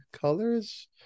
colors